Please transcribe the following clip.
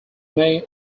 may